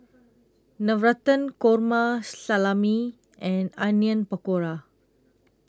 Navratan Korma Salami and Onion Pakora